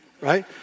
Right